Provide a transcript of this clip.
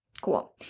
Cool